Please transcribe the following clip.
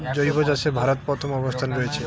জৈব চাষে ভারত প্রথম অবস্থানে রয়েছে